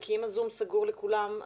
אם ה-זום סגור לכולם,